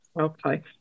Okay